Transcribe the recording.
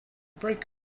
breakup